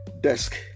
desk